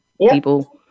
people